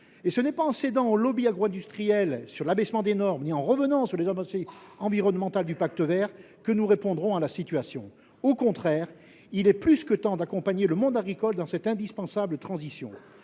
Et ce n’est pas en cédant au lobby agro industriel sur l’abaissement des normes ni en revenant sur les avancées environnementales du Pacte vert européen que nous répondrons à la situation. Il est au contraire plus que temps d’accompagner le monde agricole dans cette indispensable transition.